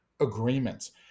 agreements